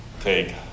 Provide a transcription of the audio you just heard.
take